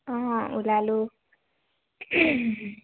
অঁ ওলালো